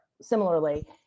similarly